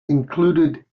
included